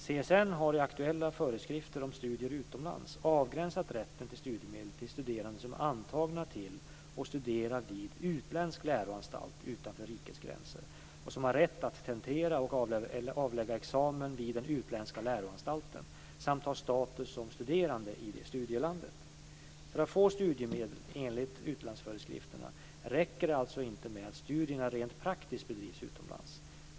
CSN har i aktuella föreskrifter om studier utomlands avgränsat rätten till studiemedel till studerande som är antagna till och studerar vid utländsk läroanstalt utanför rikets gränser och som har rätt att tentera och avlägga examen vid den utländska läroanstalten samt har status som studerande i studielandet. För att få studiemedel enligt utlandsföreskrifterna räcker det alltså inte med att studierna rent praktiskt bedrivs utomlands.